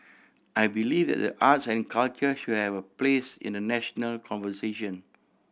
I believe that the arts and culture should have a place in the national conversation